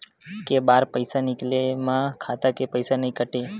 के बार पईसा निकले मा खाता ले पईसा नई काटे?